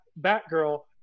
Batgirl